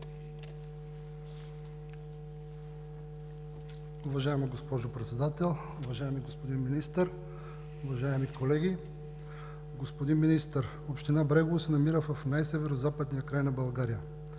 Уважаема госпожо Председател, уважаеми господин Министър, уважаеми колеги! Господин Министър, община Брегово се намира в най северозападния край на България,